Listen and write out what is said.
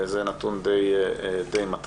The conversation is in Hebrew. זה נתון די מטריד.